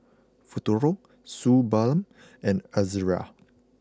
Futuro Suu Balm and Ezerra